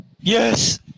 Yes